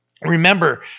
Remember